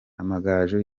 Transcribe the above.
amagaju